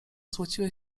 złociły